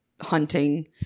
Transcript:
hunting